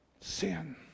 sin